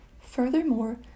Furthermore